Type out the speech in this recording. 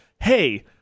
hey